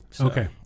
Okay